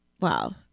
wow